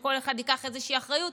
שכל אחד ייקח איזושהי אחריות,